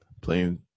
playing